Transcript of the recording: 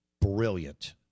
brilliant